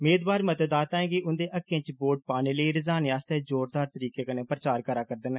मेदवार मतदाताएं गी उन्दे हक्कै च वोट पाने लेई रिझाने आस्तै जोरदार तरीके कन्नै प्रचार करा'रदे न